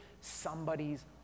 somebody's